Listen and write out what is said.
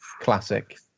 classic